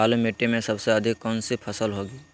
बालू मिट्टी में सबसे अधिक कौन सी फसल होगी?